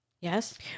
Yes